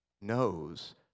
knows